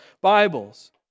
Bibles